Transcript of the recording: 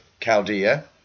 Chaldea